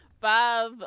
five